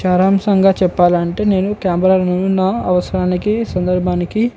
సారాంశంగా చెప్పాలంటే నేను కెమెరాలను నా అవసరానికి సందర్భానికి